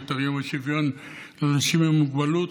יותר יום השוויון לאנשים עם מוגבלות,